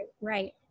right